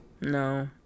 No